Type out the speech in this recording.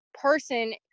person